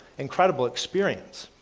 incredible experience.